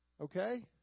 Okay